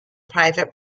private